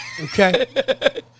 Okay